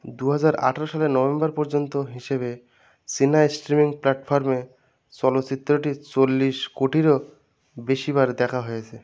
দু হাজার আঠেরো সালের নভেম্বর পর্যন্ত হিসেবে চীনা স্ট্রিমিং প্ল্যাটফর্মে চলচ্চিত্রটি চল্লিশ কোটিরও বেশি বার দেখা হয়েছে